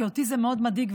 כי אותי זה מאוד מדאיג,